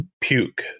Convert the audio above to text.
puke